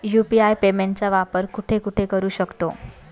UPI पेमेंटचा वापर कुठे कुठे करू शकतो?